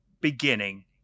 beginning